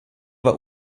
vara